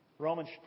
Romans